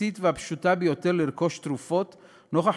הבסיסית והפשוטה ביותר לרכוש תרופות נוכח